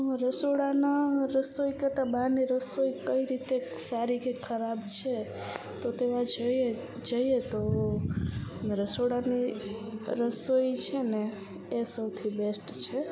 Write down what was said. રસોડાના રસોઈ કરતાં બહારની રસોઈ કઈ રીતે સારી કે ખરાબ છે તો તેમાં જોઈએ જઈએ તો રસોડાની રસોઈ છે ને એ સૌથી બેસ્ટ છે